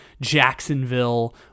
Jacksonville